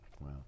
wow